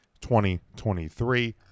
2023